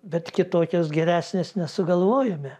bet kitokios geresnės nesugalvojome